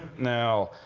now,